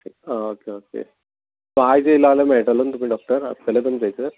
okay okay आयज आयला जाल्यार मेळटलो तुमी डॉक्टर आसतले तुमी थंयसर